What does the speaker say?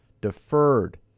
deferred